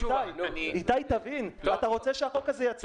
איתי, תבין, אתה רוצה שהחוק הזה יצליח?